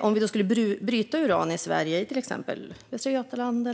Om man skulle bryta uran i Sverige i till exempel västra Götaland,